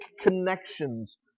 connections